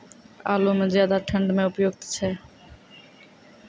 आलू म ज्यादा ठंड म उपयुक्त छै?